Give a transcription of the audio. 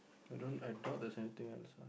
I don't I thought there's something else